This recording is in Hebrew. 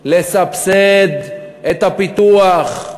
לסבסד את הפיתוח,